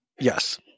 yes